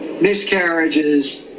miscarriages